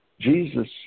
Jesus